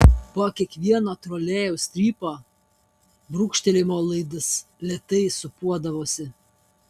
po kiekvieno trolėjaus strypo brūkštelėjimo laidas lėtai sūpuodavosi